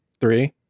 Three